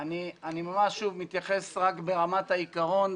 אני מתייחס רק ברמת העיקרון.